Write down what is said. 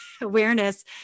awareness